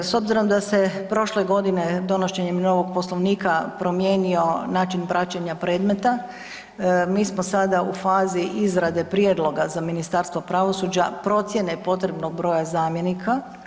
S obzirom da se prošle godine donošenjem novog Poslovnika promijenio način praćenja predmeta, mi smo sada u fazi izrade prijedloga za Ministarstvo pravosuđa procjene potrebnog broja zamjenika.